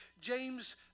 James